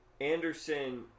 Anderson